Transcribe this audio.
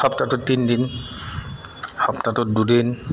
সপ্তাহটোত তিনিদিন সপ্তাহটোত দুদিন